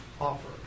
offer